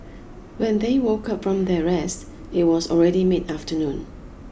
when they woke up from their rest it was already mid afternoon